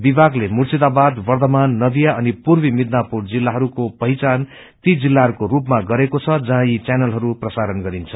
विभागले मुर्शिदाबाद वद्रवान नदिया अनि पूर्वी मिदनापुर जिल्लहरूको पहिचचान ती जिलहरूको स्पमा गरेको छ जहाँ यी चैनलहरू प्रसारण गरिन्छ